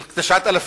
של 9,000,